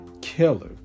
Killer